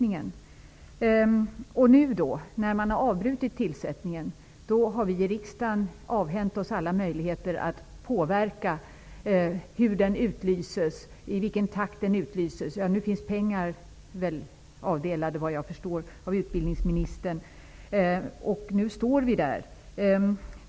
Nu då, när man avbrutit tillsättningen, har vi i riksdagen avhänt oss alla möjligheter att påverka hur tjänsten utlyses. Pengar finns avdelade, vad jag förstår av utbildningsministern, och nu står vi där.